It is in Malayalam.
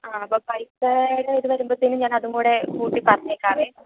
ആ അപ്പോൾ പൈസ ഇങ്ങോട്ട് വരുമ്പത്തേനും ഞാൻ അതുംകൂടെ കൂട്ടി പറഞ്ഞേക്കാവേ